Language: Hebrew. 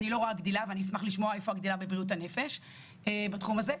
אני לא רואה גדילה ואני אשמח לשמוע איפה הגדילה בבריאות הנפש בתחום הזה,